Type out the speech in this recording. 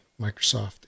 Microsoft